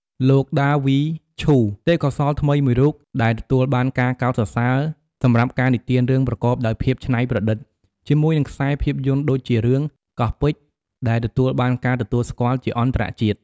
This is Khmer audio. លោក ដាវី ឈូ ទេពកោសល្យថ្មីមួយរូបដែលទទួលបានការកោតសរសើរសម្រាប់ការនិទានរឿងប្រកបដោយភាពច្នៃប្រឌិត ជាមួយនឹងខ្សែភាពយន្តដូចជារឿង "កោះពេជ្រ" ដែលទទួលបានការទទួលស្គាល់ជាអន្តរជាតិ។